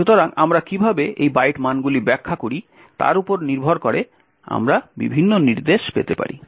সুতরাং আমরা কীভাবে এই বাইট মানগুলি ব্যাখ্যা করি তার উপর নির্ভর করে আমরা বিভিন্ন নির্দেশ পেতে পারি